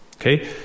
Okay